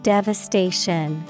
Devastation